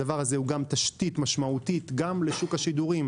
הדבר הזה הוא גם תשתית משמעותית גם לשוק השידורים.